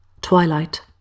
twilight